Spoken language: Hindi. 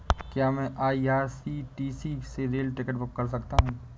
क्या मैं आई.आर.सी.टी.सी से रेल टिकट बुक कर सकता हूँ?